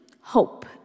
hope